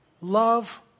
love